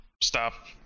stop